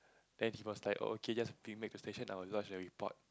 then he was like oh okay just bring back to station I will lodge a report